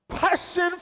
Passion